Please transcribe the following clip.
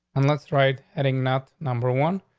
and let's write heading not number one,